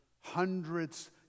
hundreds